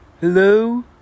Hello